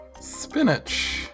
Spinach